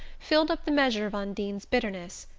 filled up the measure of undine's bitterness.